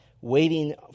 waiting